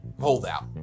holdout